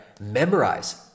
Memorize